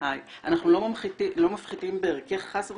אנחנו לא מפחיתים בערך חס וחלילה.